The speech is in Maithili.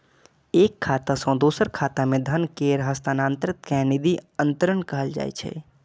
एक खाता सं दोसर खाता मे धन केर हस्तांतरण कें निधि अंतरण कहल जाइ छै